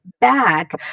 back